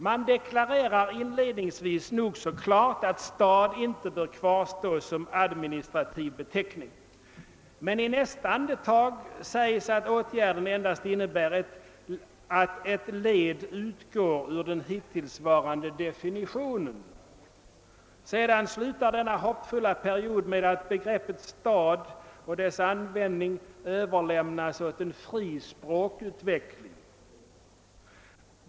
Man deklarerar inledningsvis nog så klart, att stad »inte bör kvarstå som administrativ beteckning», men i nästa andetag sägs att åtgärden endast innebär att »ett led utgår ur den hittillsvarande definitionen». Sedan slutar denna hoppfulla period med att begreppet stad och dess användning överlämnas åt »en fri språkutveckling».